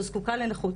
או זקוקה לנכות,